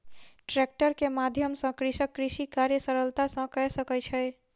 tractor के माध्यम सॅ कृषक कृषि कार्य सरलता सॅ कय सकै छै